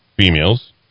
Females